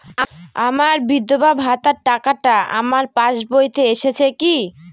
আমার বিধবা ভাতার টাকাটা আমার পাসবইতে এসেছে কি?